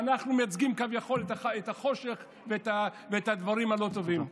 ואנחנו מייצגים כביכול את החושך ואת הדברים הלא-טובים.